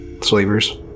Slavers